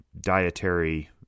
dietary